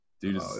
Dude